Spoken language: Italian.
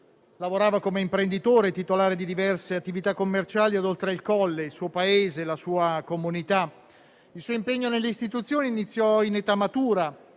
lavorava come imprenditore, titolare di diverse attività commerciali ad Oltre Il Colle, il suo paese, la sua comunità. Il suo impegno nelle istituzioni iniziò in età matura,